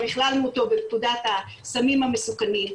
הכללנו אותו בפקודת הסמים המסוכנים,